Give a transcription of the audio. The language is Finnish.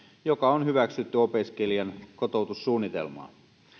joka on hyväksytty opiskelijan kotoutussuunnitelmaan